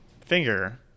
finger